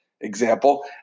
example